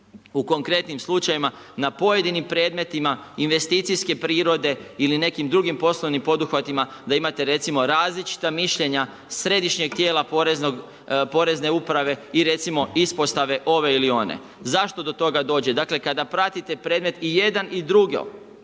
U konkretnim slučajevima na pojedinim predmetima investicijske prirode ili nekim drugim poslovnim poduhvatima da imate recimo različita mišljenja središnjeg tijela porezne uprave i recimo ispostave ove ili one. Zašto do toga dođe? Dakle kada pratite predmet i jedan i drugi